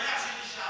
אני שמח שנשארת.